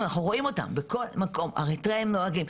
רואים אותם בכל מקום, אריתריאים נוהגים.